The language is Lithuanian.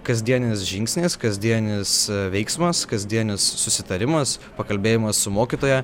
kasdieninis žingsnis kasdienis veiksmas kasdienis susitarimas pakalbėjimas su mokytoja